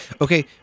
okay